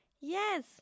Yes